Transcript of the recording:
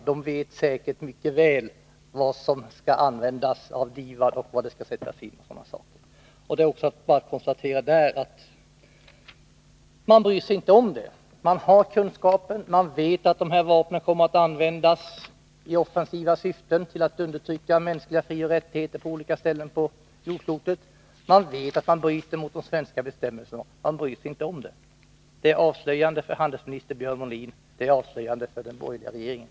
Regeringen vet säkert mycket väl vad som skall användas av DIVAD, var det skall sättas in osv. Det är bara att konstatera att man inte bryr sig om detta. Man har kunskaper, man vet att de här vapnen kommer att användas i offensiva syften till att undertrycka mänskliga frioch rättigheter på olika ställen på jordklotet. Man vet att man bryter mot de svenska bestämmelserna, men man bryr sig inte om det. Det är avslöjande för handelsminister Björn Molin, det är avslöjande för den borgerliga regeringen.